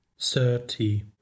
thirty